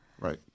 right